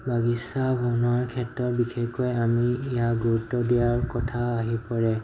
বাগিছা বনোৱাৰ ক্ষেত্ৰত বিশেষকৈ আমি ইয়াক গুৰুত্ব দিয়াৰ কথা আহি পৰে